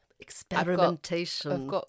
Experimentation